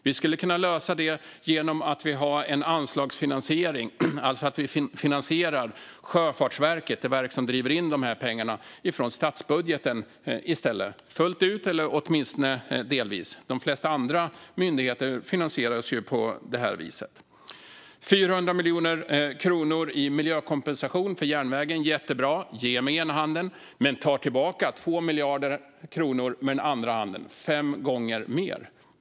Vi skulle kunna lösa detta genom att ha en anslagsfinansiering, det vill säga att vi finansierar Sjöfartsverket, som driver in dessa pengar, från statsbudgeten i stället, fullt ut eller åtminstone delvis. De flesta andra myndigheter finansieras ju på det viset. Det är jättebra med 400 miljoner kronor i miljökompensation för järnvägen - man ger med ena handen men tar tillbaka 2 miljarder kronor med den andra, fem gånger mer.